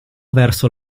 verso